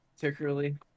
Particularly